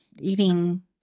eating